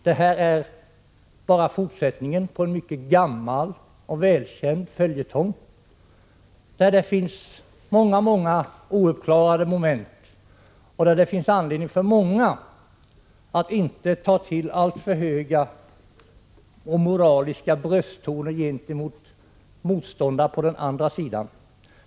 Detta är bara fortsättningen på en mycket gammal och välkänd följetong, med flera ouppklarade moment och där det finns anledning för många att inte ta till alltför höga och moraliska brösttoner gentemot motståndare på den andra sidan.